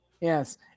Yes